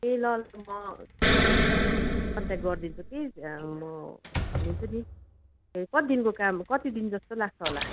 ए ल ल म केरे कन्ट्याक्ट गरिदिन्छु कि म भनिदिन्छु नि ए कति दिनको काम कति दिन जस्तो लाग्छ होला